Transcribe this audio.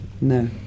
No